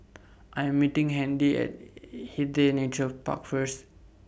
I Am meeting Handy At Hindhede Nature Park First